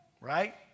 Right